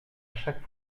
chaque